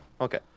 Okay